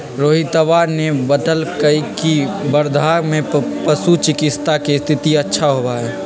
रोहितवा ने बतल कई की वर्धा में पशु चिकित्सा के स्थिति अच्छा होबा हई